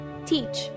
teach